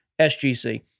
SGC